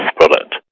product